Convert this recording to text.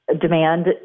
demand